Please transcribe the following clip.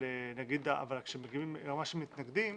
אבל כשמגיעים מתנגדים,